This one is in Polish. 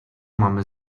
mamy